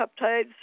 peptides